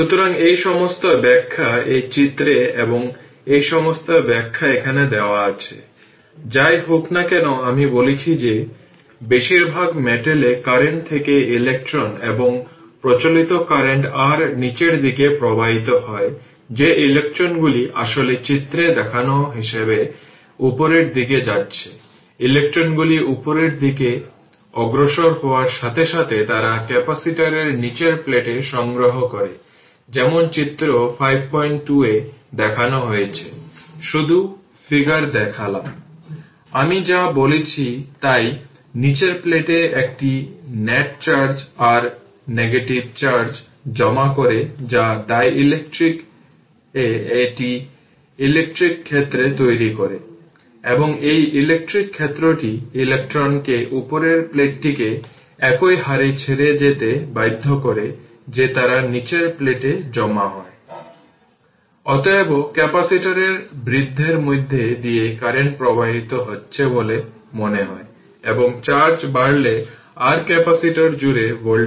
সুতরাং এখন বিবেচনা করুন একটি ক্যাপাসিটরের মধ্য দিয়ে কারেন্ট প্রবাহিত হলে কী ঘটে